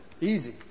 Easy